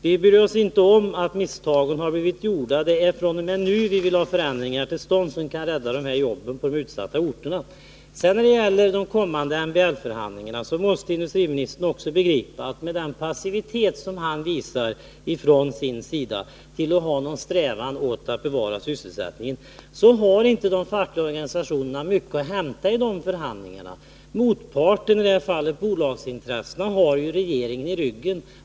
Vi bryr oss inte om att misstagen har blivit begångna — vi vill ha förändringar till stånd fr.o.m. nu, som kan rädda jobben på de utsatta orterna. När det sedan gäller de kommande MBL-förhandlingarna, måste industriministern också begripa att de fackliga organisationerna inte har mycket att hämta i de förhandlingarna — med tanke på den passivitet och brist på strävan att bevara sysselsättningen som industriministern visar. Motparten, i detta fall bolagsintressena, har ju regeringen i ryggen.